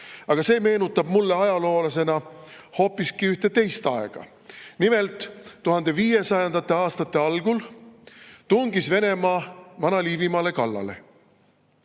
Aga see meenutab mulle ajaloolasena hoopiski ühte teist aega. Nimelt, 1500. aastate algul tungis Venemaa Vana-Liivimaale kallale.